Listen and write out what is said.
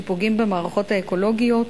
שפוגעים במערכות האקולוגיות,